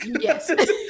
Yes